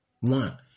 one